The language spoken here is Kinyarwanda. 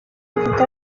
gifite